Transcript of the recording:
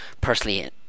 personally